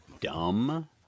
dumb